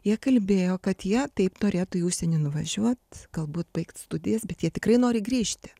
jie kalbėjo kad jie taip norėtų į užsienį nuvažiuot galbūt baigt studijas bet jie tikrai nori grįžti